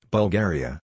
Bulgaria